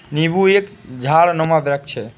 नींबू एक झाड़नुमा वृक्ष है